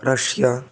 Russia